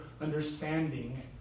understanding